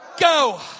Go